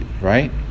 right